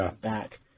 back